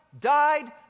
died